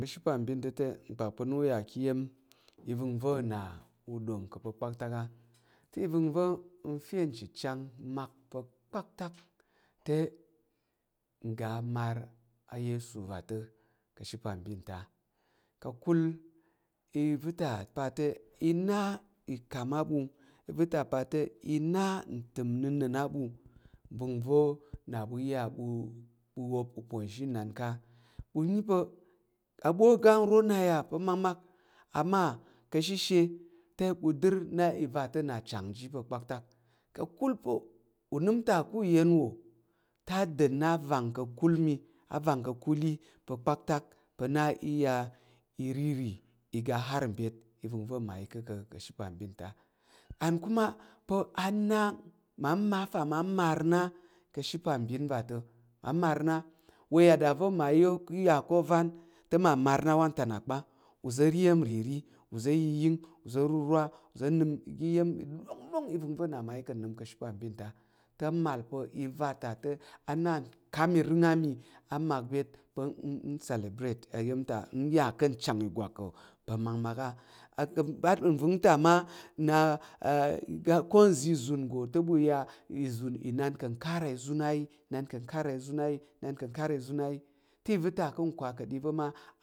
Ka̱ ashe apambin ta̱ te, n pak pa̱ na n ya ka̱ iya̱m ivəngva̱ na u ɗom ka̱ pa̱ kpaktak atəm nva̱ nfe nchəchang mak pa̱ kpa̱ktak te ngga mar ayesu va̱ta ka̱ she apambin ta̱ ka̱kul i va ta pa te i nal akum a ɓu iva̱ ta pa te inan təm á ɓu vəngva̱ na ɓu iya bu wop uponshin nan ka ayipa abo agaro wa ya pa̱ makmak ama ka̱ ashe te ɓu chər na iva ta̱ na achang ji pa̱ kpaktak ka̱kul unəm ta ka̱ iya̱m wo te adang na vang ka̱kul mi a vang ka̱kul yi pa̱ kpaktak pa̱ na iya iriri iga har mbyet iva̱ na mmayi ká̱ ka she apambin va a and kuma pa̱ á na ma fa ma mar na ka̱ she apambin va ta̱ ma mar na wa a yada va̱ mmayi iya ovan te ma mar na wa u ta na par uza̱ ri iya̱m nrirì. Uza̱ yiyi uza̱ rurwa uza̱ na aga iya̱m pa̱ ɗongɗong ivəngva̱ na mmayi ka̱ na ka̱ she apambin ta̱ te a mal pa̱ iva̱ ta te ana uka̱m irəng á mi a mak mbyet pa̱ celebrate ayam ta u ya ka̱ nchang ìgwak ka̱ pa̱ makmak a nva̱ ta mma na ko nza̱ nggo te ɓa ya inan ka̱ kara izun a yi na nkakara izun ayi na uku kara izun ayi te, iva̱ ta ka̱ kwa ka̱ɗi va ma.